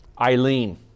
Eileen